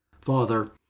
Father